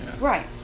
Right